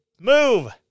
Move